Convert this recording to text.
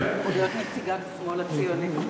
להיות נציגת השמאל הציוני.